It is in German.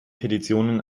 petitionen